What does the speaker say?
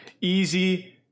easy